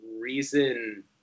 reason